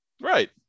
Right